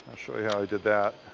show you how i did that.